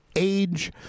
age